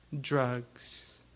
drugs